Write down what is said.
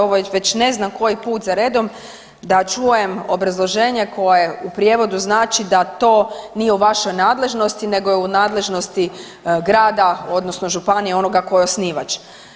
Ovo je već ne znam koji put za redom da čujem obrazloženje koje u prijevodu znači da to nije u vašoj nadležnosti, nego je u nadležnosti grada odnosno županije onoga tko je osnivač.